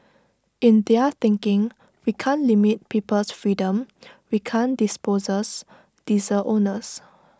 in their thinking we can't limit people's freedom we can't dispossess diesel owners